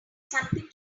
something